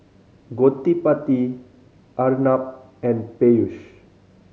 Gottipati Arnab and Peyush